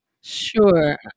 Sure